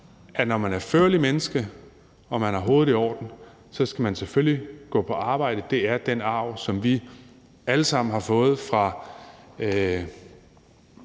at når man er et menneske med førlighed og man har hovedet i orden, skal man selvfølgelig gå på arbejde. Det er den arv, som vi alle sammen har fået fra